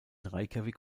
reykjavík